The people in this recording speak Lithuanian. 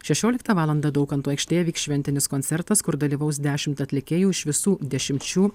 šešioliktą valandą daukanto aikštėje vyks šventinis koncertas kur dalyvaus dešimt atlikėjų iš visų dešimčių